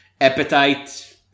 appetite